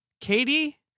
Katie